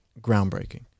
groundbreaking